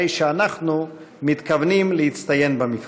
הרי אנחנו מתכוונים להצטיין במבחן.